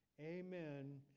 Amen